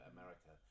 America